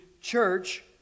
church